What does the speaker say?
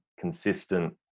consistent